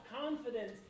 confidence